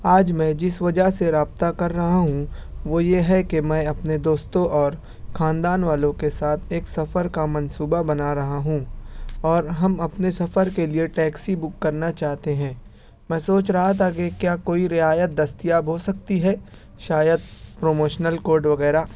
آج میں جس وجہ سے رابطہ کر رہا ہوں وہ یہ ہے کہ میں اپنے دوستوں اور خاندان والوں کے ساتھ ایک سفر کا منصوبہ بنا رہا ہوں اور ہم اپنے سفر کے لئے ٹیکسی بک کرنا چاہتے ہیں میں سوچ رہا تھا کہ کیا کوئی رعایت دستیاب ہو سکتی ہے شاید پروموشنل کوڈ وغیرہ